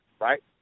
right